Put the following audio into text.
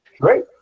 great